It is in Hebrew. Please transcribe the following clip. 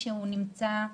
שהוא נמצא,